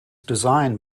designed